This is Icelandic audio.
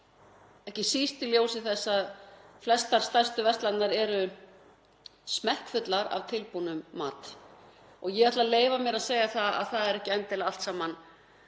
ekki síst í ljósi þess að flestar stærstu verslanirnar eru smekkfullar af tilbúnum mat og ég ætla að leyfa mér að segja að það er ekki endilega allt saman